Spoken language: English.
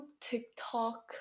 TikTok